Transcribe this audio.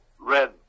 red